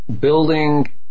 building